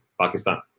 Pakistan